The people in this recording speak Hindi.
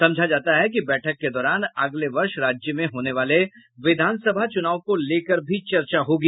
समझा जाता है कि बैठक के दौरान अगले वर्ष राज्य में होने वाले विधानसभा चुनाव को लेकर भी चर्चा होगी